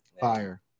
Fire